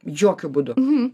jokiu būdu